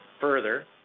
Further